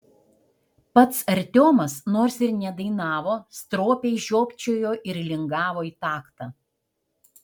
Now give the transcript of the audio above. pats artiomas nors ir nedainavo stropiai žiopčiojo ir lingavo į taktą